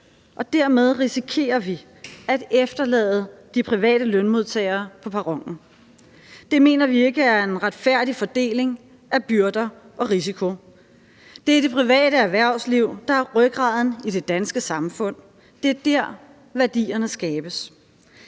dermed risikerer vi at efterlade de private lønmodtagere på perronen. Det mener vi ikke er en retfærdig fordeling af byrder og risiko. Det er det private erhvervsliv, der er rygraden i det danske samfund. Det er der, værdierne skabes.